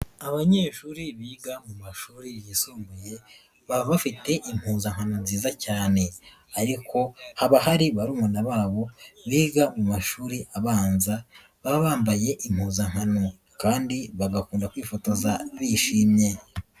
Abanyeshuri biga mu mashuri yisumbuye baba bafite impuzankano nziza cyane ariko haba hari barumuna babo biga mu mashuri abanza, baba bambaye impuzankano kandi bagakunda kwifotoza bishimye.